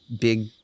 big